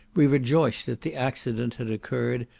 we rejoiced that the accident had occurred,